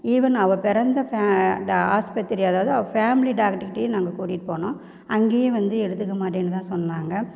even அவள் பிறந்த ஃப அந்த ஆஸ்பத்திரி அதாவது அவள் ஃபேமிலி டாக்ட்ருகிட்டையும் நாங்கள் கூட்டிகிட்டு போனோம் அங்கேயும் வந்து எடுத்துக்க மாட்டேன்னுதான் சொன்னாங்க